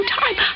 time